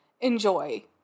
enjoy